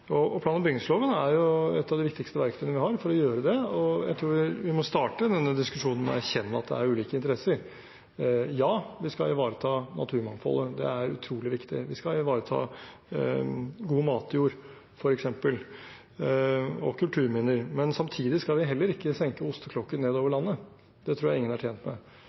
Plan- og bygningsloven er et av de viktigste verktøyene vi har for å gjøre det. Jeg tror vi må starte denne diskusjonen med å erkjenne at det er ulike interesser. Ja, vi skal ivareta naturmangfoldet, det er utrolig viktig. Vi skal ivareta f.eks. god matjord og kulturminner. Samtidig skal vi heller ikke senke osteklokken ned over landet. Det tror jeg ingen er tjent med.